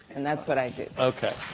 and that's what i do. okay.